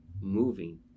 moving